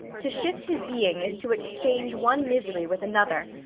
to shift his being is to exchange one misery with another,